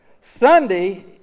Sunday